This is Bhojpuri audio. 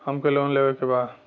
हमके लोन लेवे के बा?